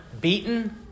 beaten